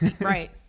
Right